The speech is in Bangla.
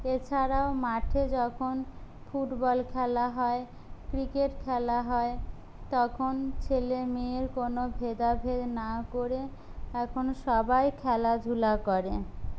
এছাড়াও মাঠে যখন ফুটবল খেলা হয় ক্রিকেট খেলা হয় তখন ছেলে মেয়ের কোনো ভেদাভেদ না করে এখন সবাই খেলাধূলা করে